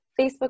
Facebook